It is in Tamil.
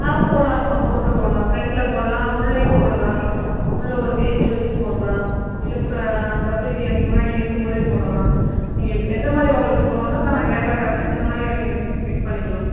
ஆ போடலாங்க மேம் போட்டோ போடலாம் ஃப்ரன்ட்ல போடலாம் உள்ளேயும் போடலாம் உள்ள ஒரு பேஜ் வச்சும் போடலாம் இல்லை ஃப் பத்திரிக்கையே முன்னாடி இருக்கும் போதே போடலாம் நீங்கள் எப் எந்தமாதிரி உங்களுக்கு தோணுதோ நாங்கள் அதை கேட்லாக் அனுப்பி அந்த மாதிரி நீங்கள் ஃபி ஃபிக்ஸ் பண்ணிக்கலாம்